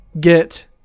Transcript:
get